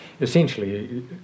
essentially